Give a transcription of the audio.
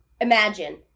Imagine